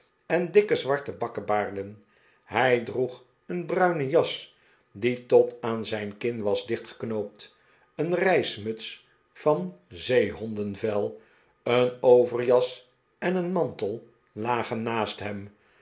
en dikke zwarte bakkebaarden hij droeg een bruine jas die tot aan zijn kin was dichtgeknoopt een reismuts van zeehondenvel een overjas en een mantel lagen naast hem